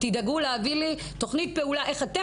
תדאגו להביא לי תכנית פעולה איך אתם